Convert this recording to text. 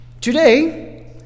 Today